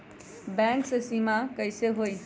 Bank से बिमा कईसे होई?